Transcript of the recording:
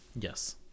Yes